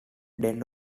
den